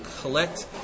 collect